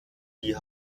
die